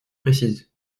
précises